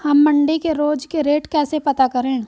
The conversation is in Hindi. हम मंडी के रोज के रेट कैसे पता करें?